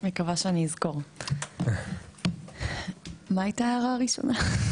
מקווה שאני אזכור, מה הייתה הערה הראשונה?